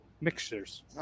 mixtures